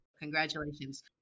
Congratulations